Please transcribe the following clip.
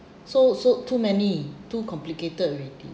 so so too many too complicated already